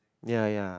ya ya